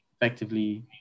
effectively